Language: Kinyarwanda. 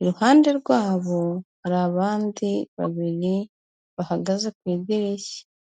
iruhande rwabo hari abandi babiri bahagaze ku idirishya.